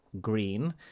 green